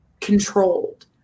controlled